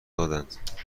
دادند